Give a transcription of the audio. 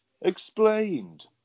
explained